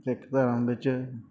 ਸਿੱਖ ਧਰਮ ਵਿੱਚ